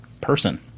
person